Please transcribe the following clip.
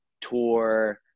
tour